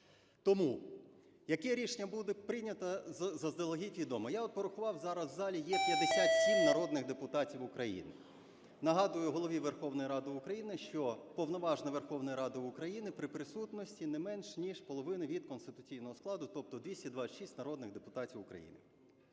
Тому, яке рішення буде прийнято, заздалегідь відомо. Я от порахував, зараз в залі є 57 народних депутатів України. Нагадую Голові Верховної Ради України, що повноважна Верховна Рада України при присутності не менш ніж половини від конституційного складу, тобто 226 народних депутатів України.